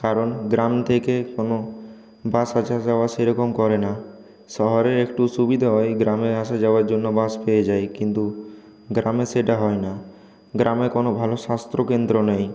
কারণ গ্রাম থেকে কোনো বাস আসা যাওয়া করে না শহরে একটু সুবিধে হয় গ্রামে আসা যাওয়ার জন্য বাস পেয়ে যাই কিন্তু গ্রামে সেটা হয় না গ্রামে কোনো ভালো স্বাস্থ্যকেন্দ্র নেই